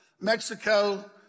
Mexico